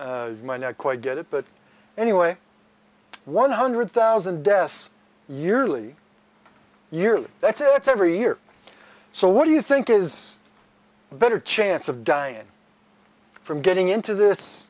my not quite get it but anyway one hundred thousand deaths yearly yearly that's it's every year so what do you think is better chance of dying from getting into this